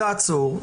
לעצור,